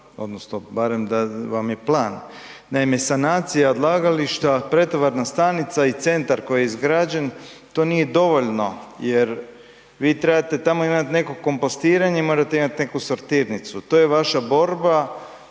odnosno barem da vam je plan. Naime, sanacija odlagališta, pretovarna stanica i centar koji je izgrađen to nije dovoljno jer vi trebate imat tamo nekakvo kompostiranje, morate imati neku sortirnicu. To je vaša borba